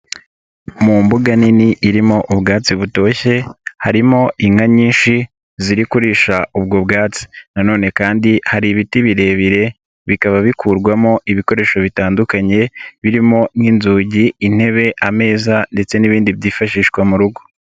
Mu mbuga nini irimo ubwatsi butoshye, harimo inka nyinshi ziri kurisha ubwo bwatsi na none kandi hari ibiti birebire bikaba bikurwamo ibikoresho bitandukanye birimo nk'inzugi, intebe, ameza ndetse n'ibindi byifashishwa mu rugo.